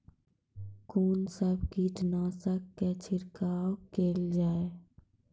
कून सब कीटनासक के छिड़काव केल जाय?